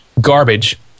garbage